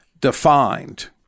defined